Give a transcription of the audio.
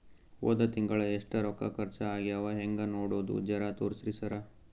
ಹೊದ ತಿಂಗಳ ಎಷ್ಟ ರೊಕ್ಕ ಖರ್ಚಾ ಆಗ್ಯಾವ ಹೆಂಗ ನೋಡದು ಜರಾ ತೋರ್ಸಿ ಸರಾ?